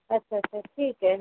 अच्छा अच्छा ठीक है